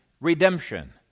redemption